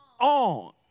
on